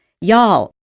Y'all